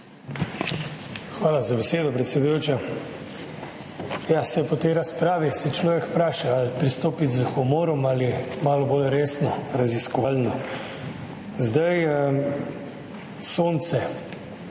Hvala za besedo, predsedujoča. Po tej razpravi se človek vpraša, ali pristopiti s humorjem ali malo bolj resno, raziskovalno. Sonce.